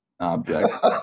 objects